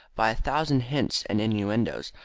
by a thousand hints and innuendoes,